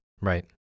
Right